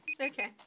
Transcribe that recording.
Okay